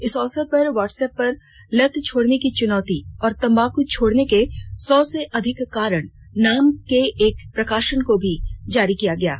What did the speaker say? इस अवसर पर व्हाट्सऐप पर लत छोड़ने की चुनौती और तंबाक छोड़ने के सौ से अधिक कारण नाम के एक प्रकाशन को भी जारी किया गया है